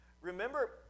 Remember